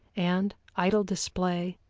and idle display,